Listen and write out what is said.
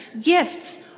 gifts